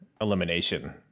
elimination